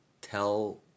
tell